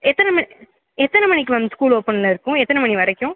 எத்தனை ம எத்தனை மணிக்கு மேம் ஸ்கூல் ஓபனில் இருக்கும் எத்தனை மணி வரைக்கும்